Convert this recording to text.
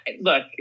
look